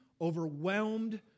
overwhelmed